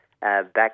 back